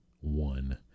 one